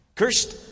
cursed